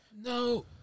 No